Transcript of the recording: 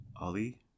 Ali